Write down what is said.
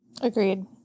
agreed